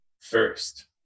first